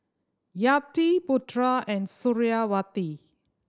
Yati Putra and Suriawati